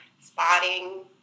spotting